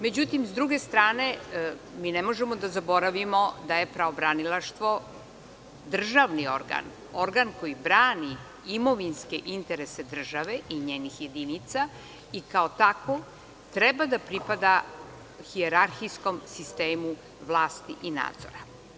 Međutim, mi s druge strane ne možemo da zaboravimo da je pravobranilaštvo državni organ, organ koji brani imovinske interese države i njenih jedinica i kao takvo treba da pripada hijerarhijskom sistemu vlasti i nadzora.